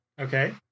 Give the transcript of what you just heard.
Okay